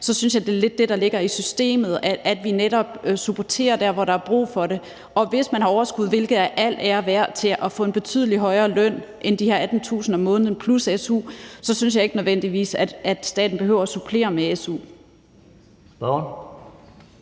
Jeg synes, at det lidt er det, der ligger i systemet, nemlig at vi netop supporterer der, hvor der er brug for det. Og hvis man har overskud, hvilket er al ære værd, til at få en betydelig højere løn end de her 18.000 kr. om måneden plus su, så synes jeg ikke, at staten nødvendigvis behøver at supplere med su.